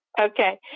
okay